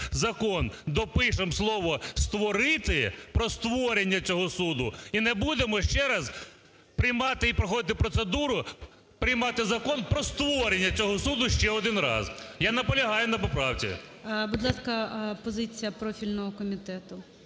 допишемо слово створити, про створення цього суду, і не будемо ще раз приймати і проходити процедуру, приймати Закон про створення цього суду ще один раз. Я наполягаю на поправці. ГОЛОВУЮЧИЙ. Будь ласка, позиція профільного комітету.